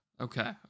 Okay